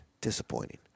disappointing